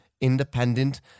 independent